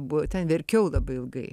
buvo ten verkiau labai ilgai